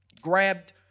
grabbed